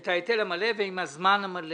את ההיטל המלא ועם הזמן המלא.